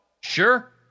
Sure